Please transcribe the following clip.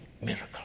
miracle